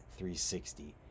360